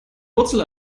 wurzel